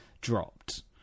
dropped